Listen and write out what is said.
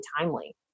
timely